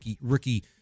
rookie